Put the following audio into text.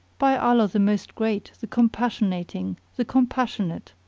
by allah the most great, the compassionating, the compassionate!